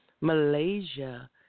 Malaysia